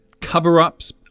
cover-ups